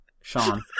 Sean